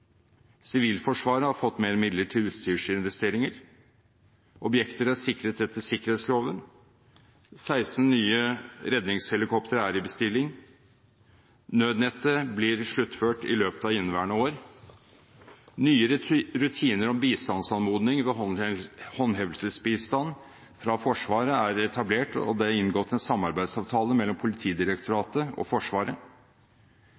Sivilforsvaret har fått mer midler til utstyrsinvesteringer. Objekter er sikret etter sikkerhetsloven. 16 nye redningshelikoptre er i bestilling. Nødnettet blir sluttført i løpet av inneværende år. Nye rutiner om bistandsanmodning ved håndhevelsesbistand fra Forsvaret er etablert, og det er inngått en samarbeidsavtale mellom Politidirektoratet og Forsvaret.